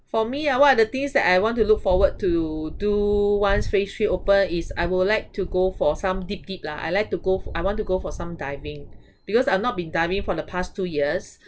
for me ah what are the things that I want to look forward to do once phase three open is I will like to go for some deep deep lah I like to go I want to go for some diving because I've not been diving for the past two years